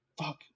fuck